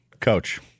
Coach